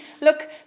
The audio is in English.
look